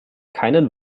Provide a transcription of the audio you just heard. keinen